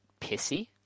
pissy